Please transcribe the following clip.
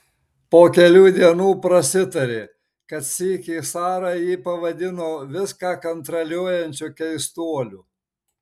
po kelių dienų prasitarė kad sykį sara jį pavadino viską kontroliuojančiu keistuoliu